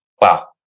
Wow